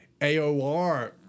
AOR